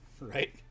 Right